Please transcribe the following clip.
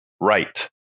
right